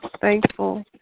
thankful